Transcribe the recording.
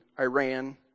Iran